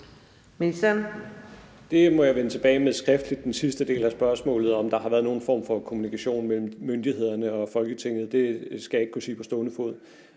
må jeg vende tilbage til skriftligt. Om der har været nogen form for kommunikation mellem myndighederne og Folketinget, skal jeg ikke kunne sige på stående fod.